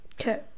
Okay